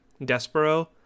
despero